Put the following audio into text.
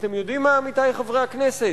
אתם יודעים מה, עמיתי חברי הכנסת?